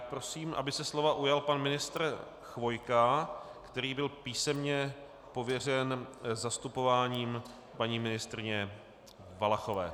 Prosím, aby se slova ujal pan ministr Chvojka, který byl písemně pověřen zastupováním paní ministryně Valachové.